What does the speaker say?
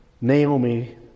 Naomi